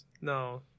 No